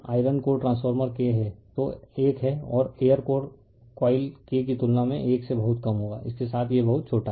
Glossary English Word Word Meaning Entire entire संपूर्ण rule rule नियम hope hope आशा language language भाषा ultimately ultimately अंततः previous प्रीवियस पिछला